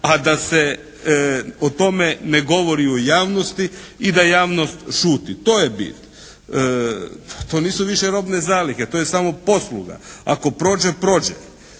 a da se o tome ne govori u javnosti i da javnost šuti. To je bit. To nisu više robne zalihe, to je samoposluga. Ako prođe prođe.